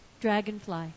Dragonfly